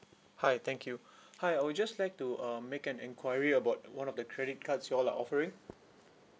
hi thank you hi I would just like to uh make an enquiry about one of the credit cards you all are offering